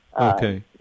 Okay